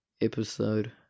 episode